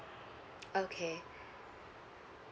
okay